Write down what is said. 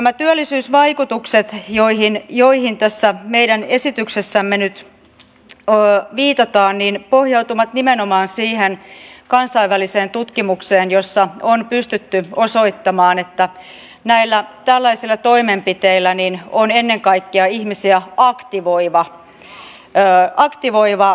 nämä työllisyysvaikutukset joihin tässä meidän esityksessämme nyt viitataan pohjautuvat nimenomaan siihen kansainväliseen tutkimukseen jossa on pystytty osoittamaan että tällaisilla toimenpiteillä on ennen kaikkea ihmisiä aktivoiva vaikutus